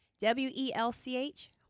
W-E-L-C-H